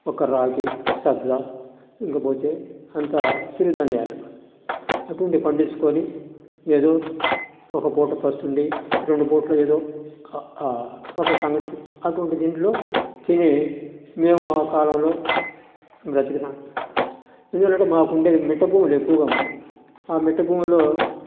ఒక రాగి సజ్జ ఇకపోతే అంతా సుని ధాన్యాలు అటువంటివి పండించుకొని ఏదో ఒకపూట పస్తు ఉండి రెండు పూట్ల ఏదో ఒక సంగటి అటువంటి దీంట్లో తిని మేము ఆ కాలంలో బ్రతికిన ఎందుకంటే మాకు ఉండేవి మిట్ట భూములు ఎక్కువ ఉండేవి ఆ మిట్ట భూములు